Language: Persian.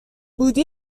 بودی